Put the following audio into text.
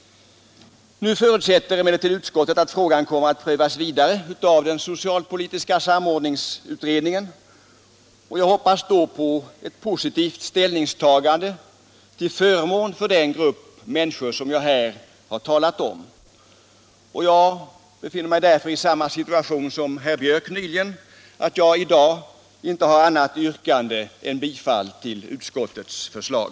Nu förutsätter emellertid utskottet att frågan kommer att prövas vidare av den socialpolitiska samordningsutredningen. Jag hoppas då på ett positivt ställningstagande till förmån för den grupp människor jag här har talat om, och jag befinner mig därför i samma situation som herr Biörck i Värmdö nyligen, att jag i dag inte har annat yrkande än om bifall till utskottets förslag.